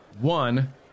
one